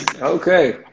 okay